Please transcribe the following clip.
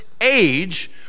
age